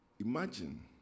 imagine